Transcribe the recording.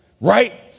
right